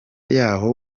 y’aho